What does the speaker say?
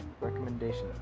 Recommendation